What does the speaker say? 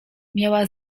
miała